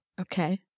Okay